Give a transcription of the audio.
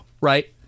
right